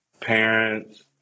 parents